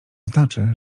znaczy